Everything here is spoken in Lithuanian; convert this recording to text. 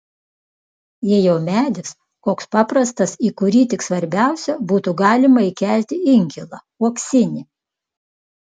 jei jau medis koks paprastas į kurį tik svarbiausia būtų galima įkelti inkilą uoksinį